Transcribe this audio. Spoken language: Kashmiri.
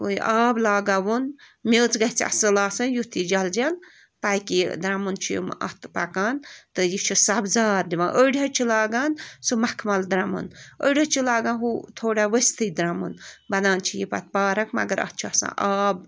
آب لگاوُن میٚژ گَسہِ اَصٕل آسٕنۍ یُتھ یہِ جل جل پکہِ یہِ درمُن چھُ یِم اَتھ پَکان تہٕ یہِ چھُ سبزار دِوان أڑۍ حظ چھِ لَگان سُہ مخمل درٛمُن أڑۍ حظ چھِ لاگان ہُہ تھوڑا ؤسۍتھٕے درٛمُن بَنان چھِ یہِ پت پارک مگر اَتھ چھُ آسان آب